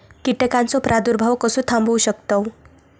कीटकांचो प्रादुर्भाव कसो थांबवू शकतव?